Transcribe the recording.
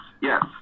yes